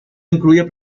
incluye